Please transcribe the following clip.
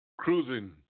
Cruising